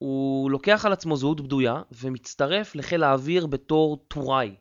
הוא לוקח על עצמו זהות בדויה ומצטרף לחיל האוויר בתור טוראי.